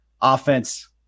offense